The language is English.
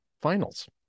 finals